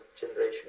generation